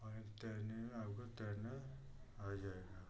और तैरने में आपको तैरना आ जाएगा